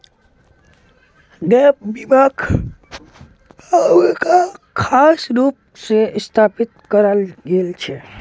gap बीमाक अमरीकात खास रूप स स्थापित कराल गेल छेक